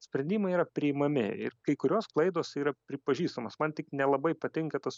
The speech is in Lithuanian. sprendimai yra priimami ir kai kurios klaidos yra pripažįstamos man tik nelabai patinka tas